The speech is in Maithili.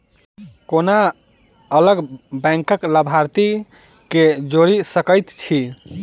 कोना अलग बैंकक लाभार्थी केँ जोड़ी सकैत छी?